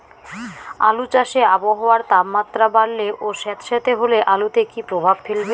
আলু চাষে আবহাওয়ার তাপমাত্রা বাড়লে ও সেতসেতে হলে আলুতে কী প্রভাব ফেলবে?